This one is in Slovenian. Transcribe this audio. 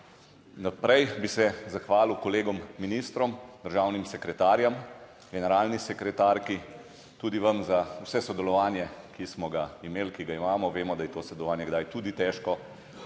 Naprej bi se zahvalil kolegom ministrom, državnim sekretarjem, generalni sekretarki! Tudi vam za vse sodelovanje, ki smo ga imeli? Ki ga imamo. Vemo, da je to sodelovanje kdaj tudi težko,